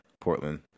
Portland